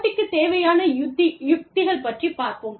போட்டிக்கு தேவையான உத்திகள் பற்றிப் பார்ப்போம்